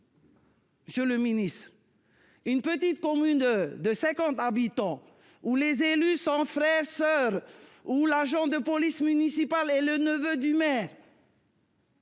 Monsieur le ministre, dans une petite commune de cinquante habitants où les élus sont frères et soeurs, où l'agent de police municipale est le neveu du maire,